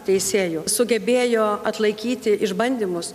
teisėjų sugebėjo atlaikyti išbandymus